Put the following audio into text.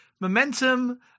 momentum